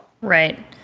Right